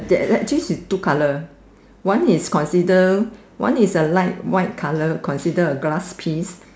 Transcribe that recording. that this this is two colour one is consider one is a light white colour consider a glass piece